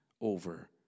over